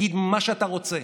תגיד מה שאתה רוצה,